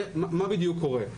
מה בדיוק קורה?